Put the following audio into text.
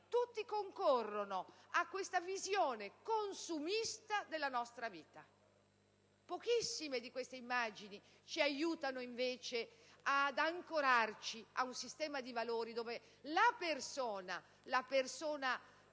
tutti concorrono a questa visione consumista della nostra vita. Pochissime di queste immagini aiutano ad ancorarsi ad un sistema di valori dove la persona (la